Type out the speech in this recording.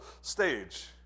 stage